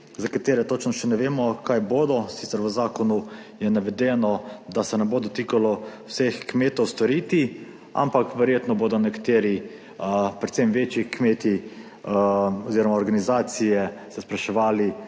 za katere točno še ne vemo kaj bodo, sicer v zakonu je navedeno, da se ne bo dotikalo vseh kmetov, storiti, ampak verjetno bodo nekateri, predvsem večji kmeti oziroma organizacije se spraševali